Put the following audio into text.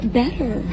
better